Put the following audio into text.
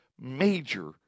major